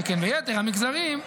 שכן ביתר המגזרים,